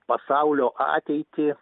pasaulio ateitį